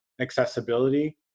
accessibility